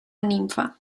ninfa